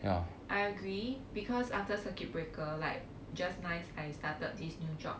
I agree because after circuit breaker like just nice I started this